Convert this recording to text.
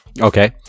Okay